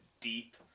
deep